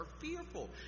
fearful